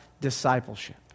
discipleship